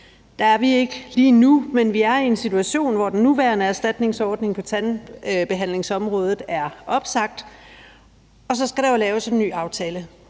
Der er vi ikke lige nu, men vi er i en situation, hvor den nuværende erstatningsordning på tandbehandlingsområdet er opsagt, og så skal der jo laves en ny aftale.